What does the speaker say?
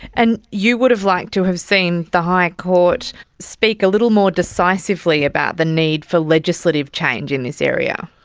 and you would have liked to have seen the high court speak a little more decisively about the need for legislative change in this area.